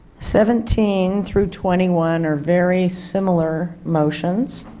seventeen through twenty one are very similar motions